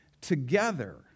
together